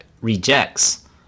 rejects